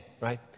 right